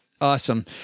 Awesome